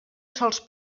sols